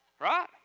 Right